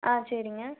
ஆ சரிங்க